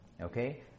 okay